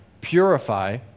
purify